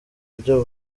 buryo